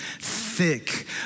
thick